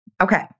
Okay